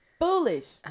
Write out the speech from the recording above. foolish